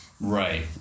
Right